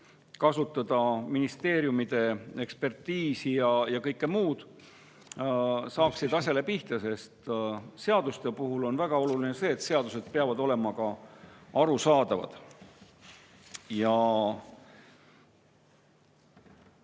kasutada ministeeriumide ekspertiisi ja kõike muud, saaksid asjale pihta, sest seaduste puhul on väga oluline see, et need peavad olema ka arusaadavad. Ma